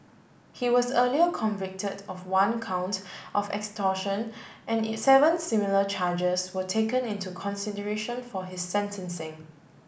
he was earlier convicted of one count of extortion and seven similar charges were taken into consideration for his sentencing